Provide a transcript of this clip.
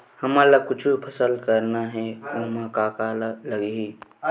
हमन ला कुछु फसल करना हे ओमा का का लगही?